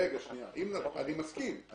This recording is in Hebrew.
אני מסכים.